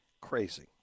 Crazy